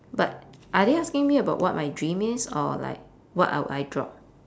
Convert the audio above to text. but are they asking me about what my dream is or like what I would I drop